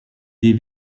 des